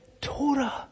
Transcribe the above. Torah